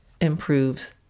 improves